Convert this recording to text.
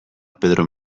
pedro